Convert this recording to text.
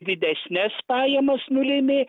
didesnes pajamas nulėmė